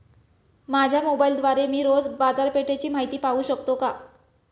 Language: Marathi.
माझ्या मोबाइलद्वारे मी रोज बाजारपेठेची माहिती पाहू शकतो का?